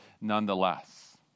nonetheless